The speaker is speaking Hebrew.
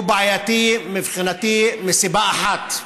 הוא בעייתי, מבחינתי, מסיבה אחת: